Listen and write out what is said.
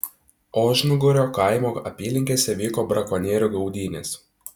ožnugario kaimo apylinkėse vyko brakonierių gaudynės